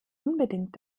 unbedingt